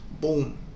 Boom